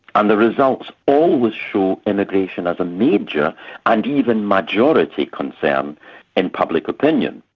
and the results always show immigration as a major and even majority concern in public opinion.